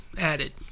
added